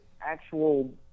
actual